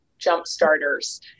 Jumpstarters